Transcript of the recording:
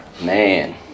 Man